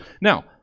Now